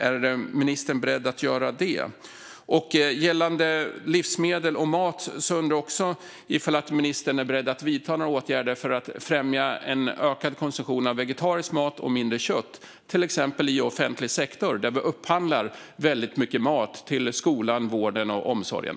Är ministern beredd att göra det? Gällande livsmedel och mat undrar jag om ministern är beredd att vidta några åtgärder för att främja en ökad konsumtion av vegetarisk mat och minskad konsumtion av kött, till exempel i offentlig sektor där vi upphandlar väldigt mycket mat till skolan, vården och omsorgen.